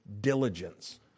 diligence